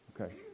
Okay